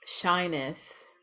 shyness